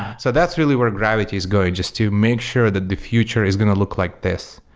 so that's really where gravity is going, just to make sure that the future is going to look like this,